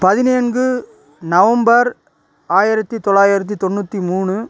பதினாங்கு November ஆயிரத்து தொள்ளாயிரத்து தொண்ணூற்றி மூணு